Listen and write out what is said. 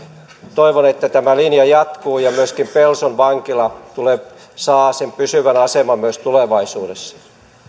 toivon että tämä linja jatkuu ja myöskin pelson vankila saa sen pysyvän aseman myös tulevaisuudessa